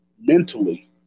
mentally